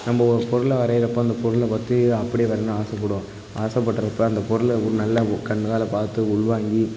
நம்ம ஒரு பொருளை வரைகிறப்ப அந்த பொருளை பற்றி அப்படியே வரையணுன்னு ஆசைப்படுவோம் ஆசைப்பட்றப்ப அந்த பொருளை ஒரு நல்லா ஓ கண்ணால் பார்த்து உள்வாங்கி